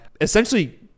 Essentially